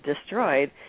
destroyed